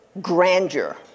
grandeur